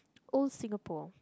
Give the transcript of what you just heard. old Singapore